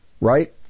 right